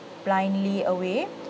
blindly away